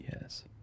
Yes